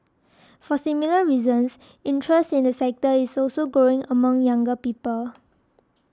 for similar reasons interest in the sector is also growing among younger people